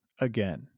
again